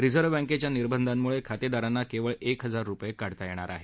reserve बँकेच्या निर्बंधांमुळे खातेदारांना केवळ एक हजार रुपये काढता येत आहेत